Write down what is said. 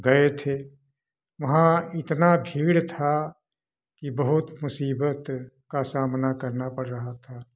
गए थे वहाँ इतना भीड़ था कि बहुत मुसीबत का सामना करना पड़ रहा था